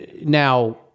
now